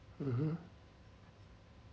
mmhmm